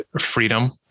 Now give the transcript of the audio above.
freedom